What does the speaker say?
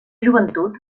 joventut